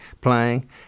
playing